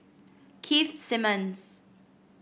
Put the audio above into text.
Keith Simmons